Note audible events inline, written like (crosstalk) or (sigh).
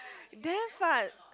(breath) damn fun